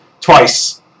Twice